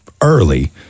early